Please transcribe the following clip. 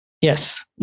Yes